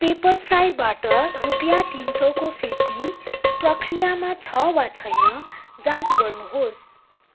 पेपरफ्राईबाट रुपियाँ तिन सौको फिर्ती प्रक्रियामा छ वा छैन जाँच गर्नुहोस्